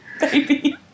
Baby